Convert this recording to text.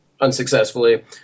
unsuccessfully